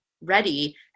ready